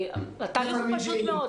התהליך הוא פשוט מאוד.